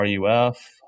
ruf